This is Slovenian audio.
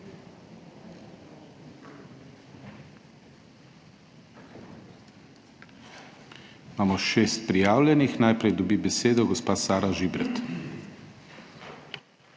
Imamo šest prijavljenih. Najprej dobi besedo gospa Sara Žibrat.